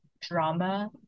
drama